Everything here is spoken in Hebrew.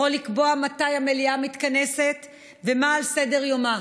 יכול לקבוע מתי המליאה מתכנסת ומה על סדר-יומה.